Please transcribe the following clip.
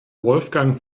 wolfgang